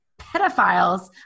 pedophiles